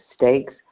mistakes